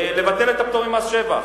לבטל את הפטור ממס שבח,